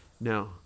no